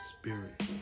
spirit